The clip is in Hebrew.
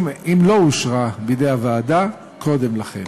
אם לא אושרה בידי הוועדה קודם לכן.